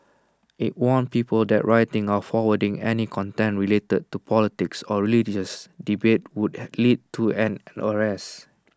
IT warned people that writing or forwarding any content related to politics or religious debates would lead to an